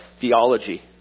theology